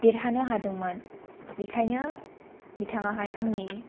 देरहानो हादोंमोन बेखायनो बिथाङाहाय आंनि